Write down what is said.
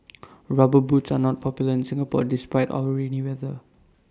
rubber boots are not popular in Singapore despite our rainy weather